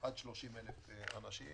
עד 30,000 אנשים.